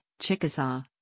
Chickasaw